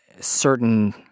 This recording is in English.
certain